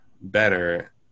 better